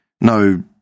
no